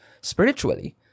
spiritually